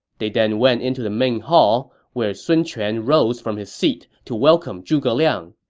they then went into the main hall, where sun quan rose from his seat to welcome zhuge liang.